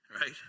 right